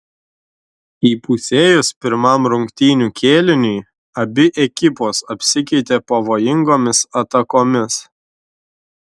įpusėjus pirmam rungtynių kėliniui abi ekipos apsikeitė pavojingomis atakomis